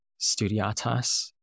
studiatas